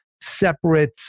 separate